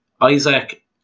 Isaac